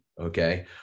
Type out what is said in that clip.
okay